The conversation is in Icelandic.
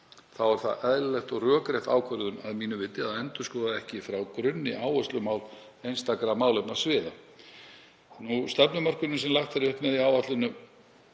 er það eðlileg og rökrétt ákvörðun að mínu viti að endurskoða ekki frá grunni áherslumál einstakra málefnasviða. Stefnumörkunin sem lagt er upp með í áætlun